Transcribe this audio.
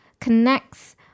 connects